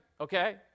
okay